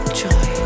joy